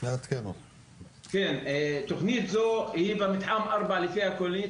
התכנית הזו לפי הכוללנית,